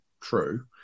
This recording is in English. true